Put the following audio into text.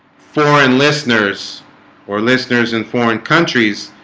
foreign listeners or listeners in foreign countries